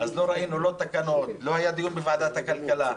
אבל לא ראינו לא תקנות ולא היה דיון בוועדת הכלכלה.